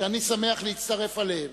שאני שמח להצטרף אליהם,